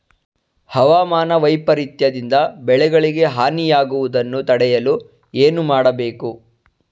ಹವಾಮಾನ ವೈಪರಿತ್ಯ ದಿಂದ ಬೆಳೆಗಳಿಗೆ ಹಾನಿ ಯಾಗುವುದನ್ನು ತಡೆಯಲು ಏನು ಮಾಡಬೇಕು?